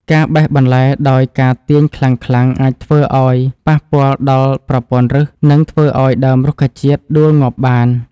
ការបេះបន្លែដោយការទាញខ្លាំងៗអាចធ្វើឱ្យប៉ះពាល់ដល់ប្រព័ន្ធឫស និងធ្វើឱ្យដើមរុក្ខជាតិដួលងាប់បាន។